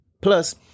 Plus